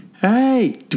hey